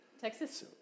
Texas